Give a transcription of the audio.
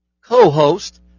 co-host